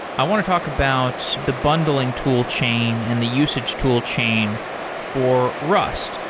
i want to talk about the bundling tool chain and the usage tool chain for rust,